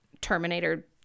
terminator